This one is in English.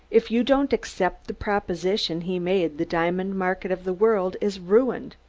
if you don't accept the proposition he made the diamond market of the world is ruined?